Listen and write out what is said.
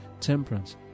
temperance